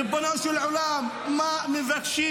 ריבונו של עולם, מה מבקשים?